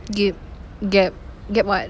gape gap gap what